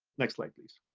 next slide please.